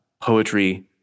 poetry